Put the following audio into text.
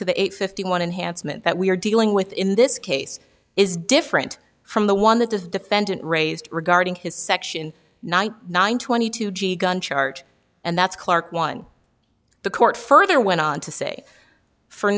to the eight fifty one unhandsome and that we are dealing with in this case is different from the one that this defendant raised regarding his section ninety nine twenty two g gun charge and that's clark one the court further went on to say for